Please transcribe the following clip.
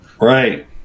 Right